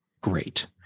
great